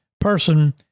person